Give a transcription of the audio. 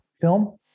film